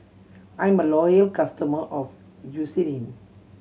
I'm a loyal customer of Eucerin